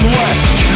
west